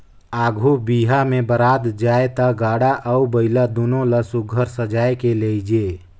आघु बिहा मे बरात जाए ता गाड़ा अउ बइला दुनो ल सुग्घर सजाए के लेइजे